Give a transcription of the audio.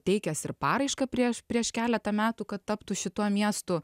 teikęs ir paraišką prieš prieš keletą metų kad taptų šituo miestu